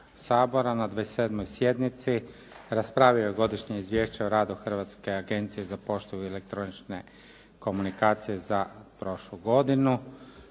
na 27. sjednici raspravio je Godišnje izvješće o radu Hrvatske agencije za poštu i elektroničke komunikacije za prošlu godinu,